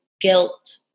guilt